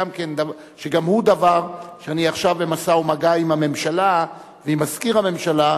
שגם זה דבר שאני עכשיו במשא ומגע לגביו עם הממשלה ועם מזכיר הממשלה,